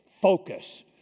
focus